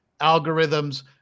algorithms